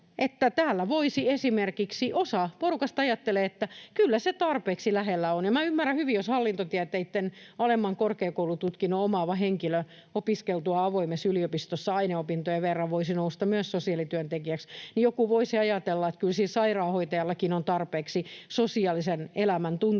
täällä osa porukasta ajattelee, että kyllä se tarpeeksi lähellä on. Minä ymmärrän hyvin, että jos hallintotieteitten alemman korkeakoulututkinnon omaava henkilö opiskeltuaan avoimessa yliopistossa aineopintojen verran voisi nousta myös sosiaalityöntekijäksi, niin joku voisi ajatella, että kyllä sairaanhoitajallakin on tarpeeksi sosiaalisen elämän tuntemusta,